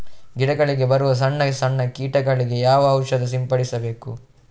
ಗಿಡಗಳಿಗೆ ಬರುವ ಸಣ್ಣ ಸಣ್ಣ ಕೀಟಗಳಿಗೆ ಯಾವ ಔಷಧ ಸಿಂಪಡಿಸಬೇಕು?